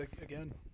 again